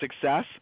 success